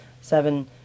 seven